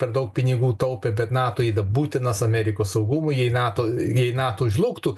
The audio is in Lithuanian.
per daug pinigų taupė bet nato būtinas amerikos saugumui jei nato jei nato žlugtų